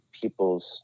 people's